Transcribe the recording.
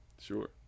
sure